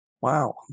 wow